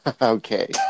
Okay